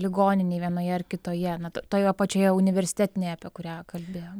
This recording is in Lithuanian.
ligoninėj vienoje ar kitoje na to toje pačioje universitetinėje apie kurią kalbėjom